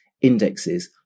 indexes